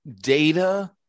data